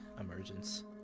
emergence